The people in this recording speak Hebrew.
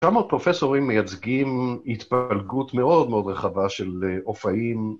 כמה פרופסורים מייצגים התפלגות מאוד מאוד רחבה של מופעים.